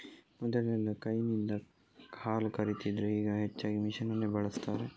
ಮೊದಲೆಲ್ಲಾ ಕೈನಿಂದ ಹಾಲು ಕರೀತಿದ್ರೆ ಈಗ ಹೆಚ್ಚಾಗಿ ಮೆಷಿನ್ ಅನ್ನೇ ಬಳಸ್ತಾರೆ